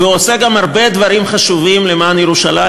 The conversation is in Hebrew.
והוא עושה גם הרבה דברים חשובים למען ירושלים,